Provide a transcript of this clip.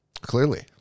clearly